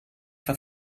for